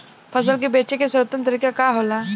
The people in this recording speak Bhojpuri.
फसल के बेचे के सर्वोत्तम तरीका का होला?